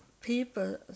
people